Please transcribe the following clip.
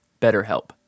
BetterHelp